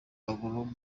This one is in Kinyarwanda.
w’amaguru